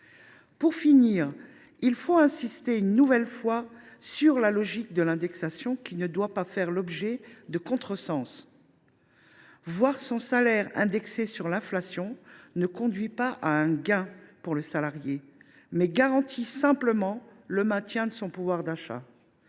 Pour finir, il faut insister une nouvelle fois sur la logique de l’indexation, qui ne doit pas faire l’objet d’un contresens. Voir son salaire indexé sur l’inflation ne conduit pas à un gain pour le salarié, mais garantit simplement le maintien de son pouvoir d’achat.